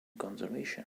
conservation